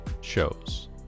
shows